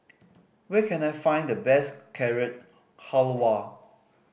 where can I find the best Carrot Halwa